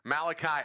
Malachi